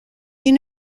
ils